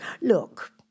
look